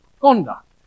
conduct